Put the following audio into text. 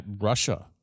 Russia